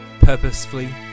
purposefully